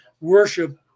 worship